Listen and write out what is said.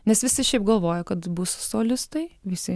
nes visi šiaip galvoja kad bus solistai visi